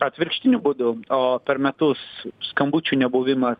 atvirkštiniu būdu o per metus skambučių nebuvimas